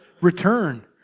return